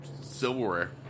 Silverware